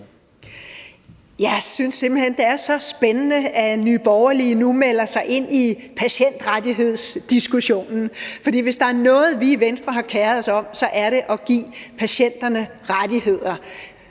Jeg synes simpelt hen, det er så spændende, at Nye Borgerlige nu melder sig ind i patientrettighedsdiskussionen. For hvis der er noget, vi i Venstre har keret os om, er det at give patienterne rettigheder